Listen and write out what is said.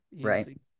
Right